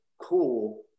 cool